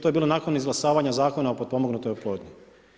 To je bilo nakon izglasavanja zakona o potpomognutoj oplodnji.